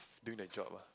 doing the job ah